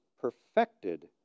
perfected